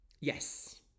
Yes